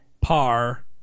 Par